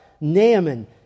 Naaman